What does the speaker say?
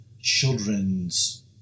children's